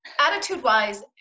Attitude-wise